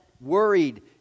worried